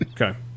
Okay